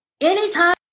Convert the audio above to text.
Anytime